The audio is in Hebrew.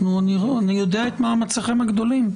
אני יודע את מאמציכם הגדולים,